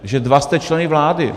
Že dva jste členy vlády.